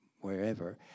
wherever